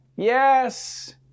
Yes